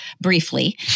briefly